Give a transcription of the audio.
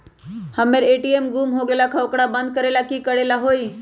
हमर ए.टी.एम गुम हो गेलक ह ओकरा बंद करेला कि कि करेला होई है?